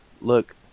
look